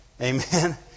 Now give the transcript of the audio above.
Amen